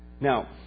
Now